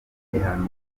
ibihano